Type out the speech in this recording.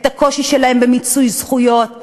את הקושי שלהם במיצוי זכויות,